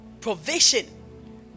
provision